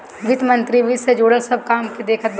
वित्त मंत्री वित्त से जुड़ल सब काम के देखत बाने